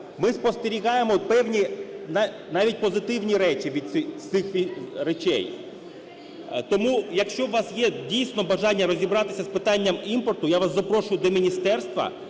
Ми спостерігаємо певні навіть позитивні речі від цих речей. Тому, якщо у вас є дійсно бажання розібратися з питанням імпорту, я вас запрошую до міністерства,